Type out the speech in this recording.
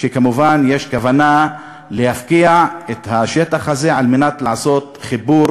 וכמובן יש כוונה להפקיע את השטח הזה על מנת לעשות חיבור